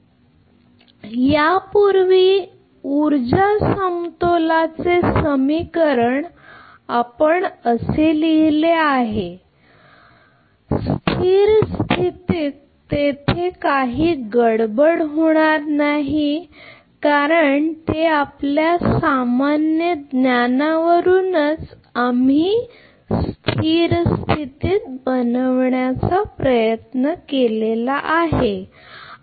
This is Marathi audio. आपण ज्याला काय म्हणता यापूर्वी ऊर्जा समतोलाचे समीकरण हे समीकरण पहा की स्थिर स्थितीत तेथे काही गडबड होणार नाही कारण ते आपल्या सामान्य ज्ञानावरूनच आम्ही स्थिर स्थितीत बनवण्याचा प्रयत्न करीत आहोत